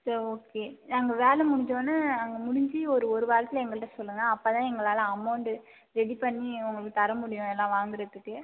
so okay அங்கே வேலை முடிஞ்சவொடனே அங்கே முடிஞ்சு ஒரு ஒரு வாரத்தில் எங்கள்ட்ட சொல்லுங்கள் அப்போ தான் எங்களால் அமௌண்டு ரெடி பண்ணி உங்களுக்கு தரமுடியும் எல்லாம் வாங்குகிறத்துக்கு